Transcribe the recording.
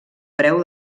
preu